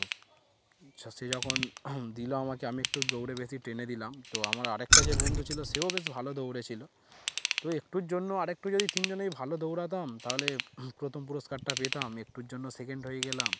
তো আচ্ছা সে যখন দিল আমাকে আমি একটু দৌড়ে বেশি ট্রেনে দিলাম তো আমার আরেকটা যে বন্ধু ছিলো সেও বেশ ভালো দৌড়েছিলো তো একটুর জন্য আরেকটু যদি তিনজনেই ভালো দৌড়াতাম তাহলে প্রথম পুরস্কারটা পেতাম একটুর জন্য সেকেন্ড হয়ে গেলাম